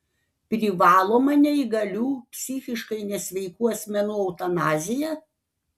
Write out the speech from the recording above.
privaloma neįgalių psichiškai nesveikų asmenų eutanazija